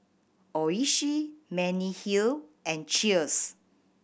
Oishi Mediheal and Cheers